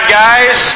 guys